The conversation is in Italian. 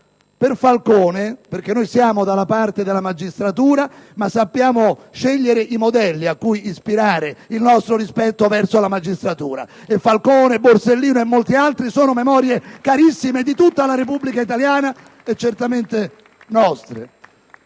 Falcone perché noi siamo dalla parte della magistratura, ma sappiamo scegliere i modelli a cui ispirare il nostro rispetto verso la magistratura, e Falcone, Borsellino e molti altri sono memorie carissime di tutta la Repubblica italiana e certamente nostre!